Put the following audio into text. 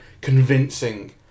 convincing